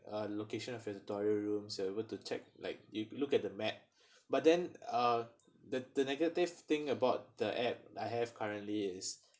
uh location of editorial rooms we're able to check like you look at the map but then uh the the negative thing about the app I have currently is